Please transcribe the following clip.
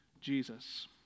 Jesus